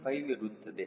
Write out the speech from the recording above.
15 ಇರುತ್ತದೆ